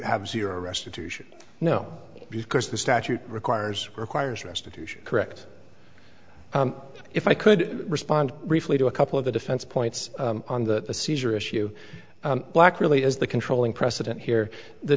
have zero restitution no because the statute requires requires restitution correct if i could respond briefly to a couple of the defense points on the seizure issue black really is the controlling precedent here the